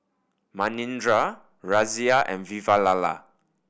Manindra Razia and Vavilala